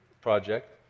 project